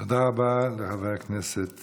תודה רבה לחבר הכנסת